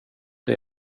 det